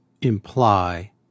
imply